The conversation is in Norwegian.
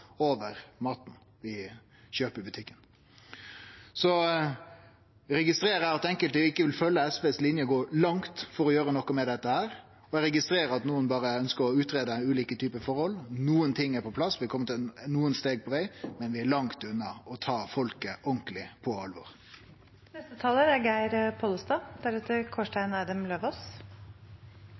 over maten vi kjøper i butikken. Så registrerer eg at enkelte ikkje vil følgje SVs linje og gå langt for å gjere noko med dette, og eg registrerer at nokre berre ønskjer å greie ut ulike forhold. Noko er på plass, vi har kome nokre steg på vegen, men vi er langt unna å ta folket ordentleg på